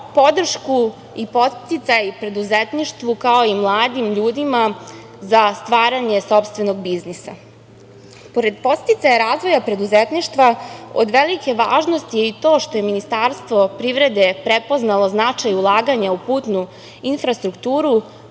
podršku i podsticaj preduzetništvu, kao i mladim ljudima za stvaranje sopstvenog biznisa. Pored podsticaja razvoja preduzetništva, od velike važnosti je i to što je Ministarstvo privrede prepoznalo značaj ulaganja u putnu infrastrukturu,